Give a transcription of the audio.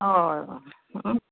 हय हय